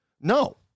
No